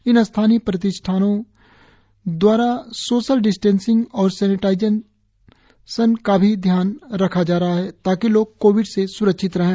इन व्यवसायिक प्रतिष्ठानों दवारा सोशल डिस्टेंसिंग और सेनेटाइजेशन का भी ध्यान रखा जा रहा है ताकि लोग कोविड से स्रक्षित रहें